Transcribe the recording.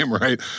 right